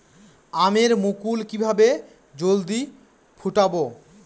আমের মুকুল কিভাবে জলদি ফুটাব?